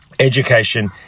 education